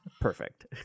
Perfect